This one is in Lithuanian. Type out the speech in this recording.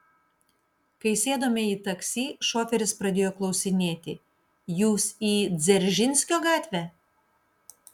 kai įsėdome į taksi šoferis pradėjo klausinėti jūs į dzeržinskio gatvę